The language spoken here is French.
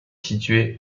situé